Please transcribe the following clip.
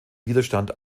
widerstand